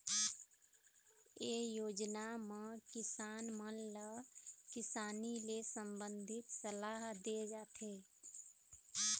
ए योजना म किसान मन ल किसानी ले संबंधित सलाह दे जाथे